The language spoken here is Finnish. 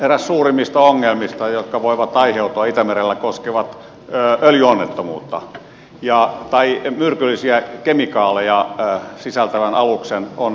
eräät suurimmista ongelmista jotka voivat aiheutua itämerellä koskevat öljyonnettomuutta tai myrkyllisiä kemikaaleja sisältävän aluksen onnettomuutta